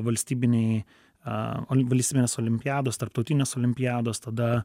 valstybinėj valstybinės olimpiados tarptautinės olimpiados tada